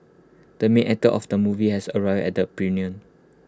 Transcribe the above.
the main actor of the movie has arrived at the premiere